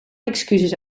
excuses